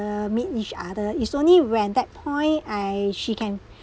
meet each other it's only when that point I she can